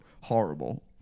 Horrible